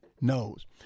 knows